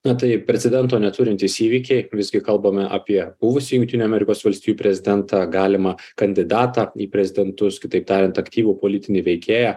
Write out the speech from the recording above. na tai precedento neturintys įvykiai visgi kalbame apie buvusį jungtinių amerikos valstijų prezidentą galimą kandidatą į prezidentus kitaip tariant aktyvų politinį veikėją